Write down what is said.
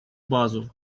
базу